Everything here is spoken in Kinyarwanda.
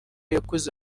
yakuze